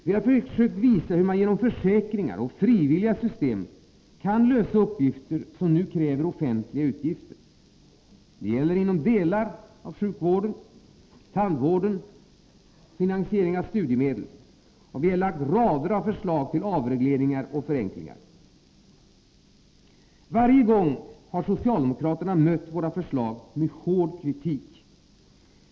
Vi har försökt visa hur man genom försäkringar och frivilliga system kan lösa uppgifter som nu kräver offentliga utgifter — det gäller inom delar av sjukvården, tandvården och för finansieringen av studiemedel — och vi har lagt fram rader av förslag till avregleringar och förenklingar. Varje gång har socialdemokraterna mött våra förslag med hård kritik.